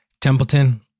Templeton